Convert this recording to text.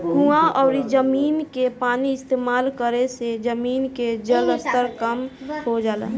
कुवां अउरी जमीन के पानी इस्तेमाल करे से जमीन के जलस्तर कम हो जाला